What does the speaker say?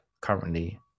currently